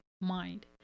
mind